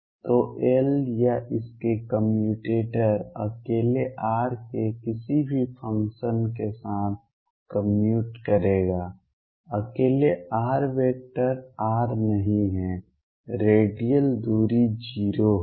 तो L या इसके कम्यूटेटर अकेले r के किसी भी फंक्शन के साथ कम्यूट करेगा अकेले r वेक्टर r नहीं है रेडियल दूरी 0 होगी